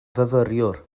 fyfyriwr